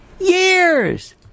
Years